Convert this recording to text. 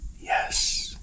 Yes